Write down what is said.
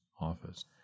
office